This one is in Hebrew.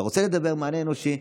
אתה רוצה לקבל מענה אנושי,